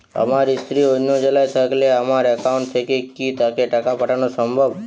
আমার স্ত্রী অন্য জেলায় থাকলে আমার অ্যাকাউন্ট থেকে কি তাকে টাকা পাঠানো সম্ভব?